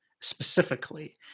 specifically